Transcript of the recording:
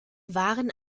waren